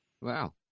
Wow